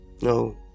No